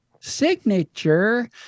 signature